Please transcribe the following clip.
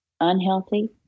unhealthy